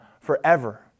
forever